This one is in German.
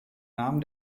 namen